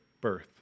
birth